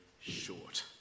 short